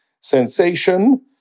sensation